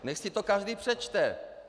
Nechť si to každý přečte!